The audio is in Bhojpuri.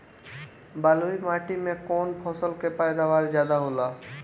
बालुई माटी में कौन फसल के पैदावार ज्यादा होला?